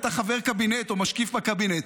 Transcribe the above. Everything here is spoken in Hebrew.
אתה חבר קבינט או משקיף בקבינט.